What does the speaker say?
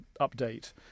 update